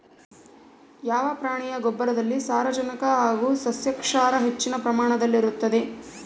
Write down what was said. ಯಾವ ಪ್ರಾಣಿಯ ಗೊಬ್ಬರದಲ್ಲಿ ಸಾರಜನಕ ಹಾಗೂ ಸಸ್ಯಕ್ಷಾರ ಹೆಚ್ಚಿನ ಪ್ರಮಾಣದಲ್ಲಿರುತ್ತದೆ?